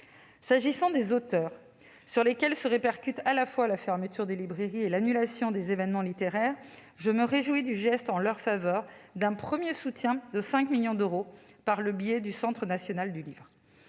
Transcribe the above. S'agissant des auteurs, sur lesquels se répercutent à la fois la fermeture des librairies et l'annulation des événements littéraires, je me réjouis d'un premier soutien de 5 millions d'euros par le biais du Centre national du livre